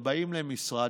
הם באים למשרד,